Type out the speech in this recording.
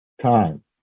time